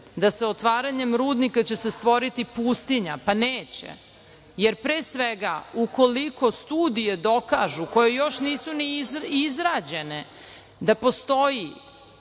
se sa otvaranjem rudnika stvoriti pustinja, pa neće, jer ukoliko studije dokažu, koje još nisu ni izrađene, da postoji